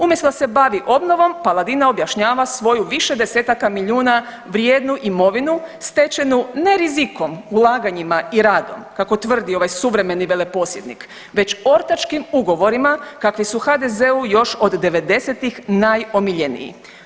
Umjesto da se bavi obnovom, Paladina objašnjava svoju više desetaka milijuna vrijednu imovinu stečenu ne rizikom, ulaganjima i radom, kako tvrdi ovaj suvremeni veleposjednik, već ortačkim ugovorima kakvi su HDZ-u još od 90-ih najomiljeniji.